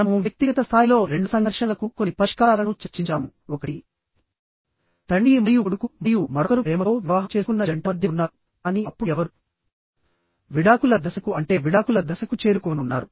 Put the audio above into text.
మనము వ్యక్తిగత స్థాయిలో రెండు సంఘర్షణలకు కొన్ని పరిష్కారాలను చర్చించాము ఒకటితండ్రి మరియు కొడుకు మరియు మరొకరు ప్రేమతో వివాహం చేసుకున్న జంట మధ్య ఉన్నారు కానీ అప్పుడు ఎవరు విడాకుల దశకు అంటే విడాకుల దశకు చేరుకోనున్నారు